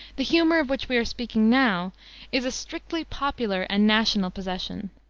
the humor of which we are speaking now is a strictly popular and national possession.